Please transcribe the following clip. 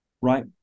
Right